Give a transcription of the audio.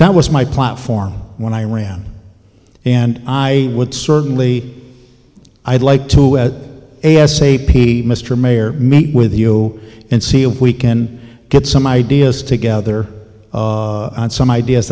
that was my platform when i ran and i would certainly i'd like to edit a s a p mr mayor meet with you and see if we can get some ideas together on some ideas